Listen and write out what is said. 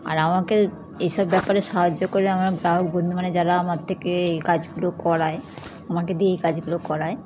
আর আমাকে এসব ব্যাপারে সাহায্য করে আমার বাবার বন্ধু মানে যারা আমার থেকে এই কাজগুলো করায় আমাকে দিয়ে কাজগুলো করায়